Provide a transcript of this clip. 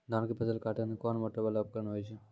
धान के फसल काटैले कोन मोटरवाला उपकरण होय छै?